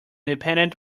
independent